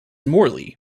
morley